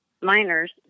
miners